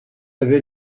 avait